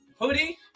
Hoodie